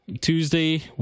Tuesday